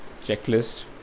checklist